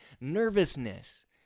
nervousness